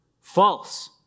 False